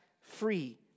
free